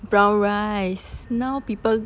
brown rice now people